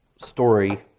story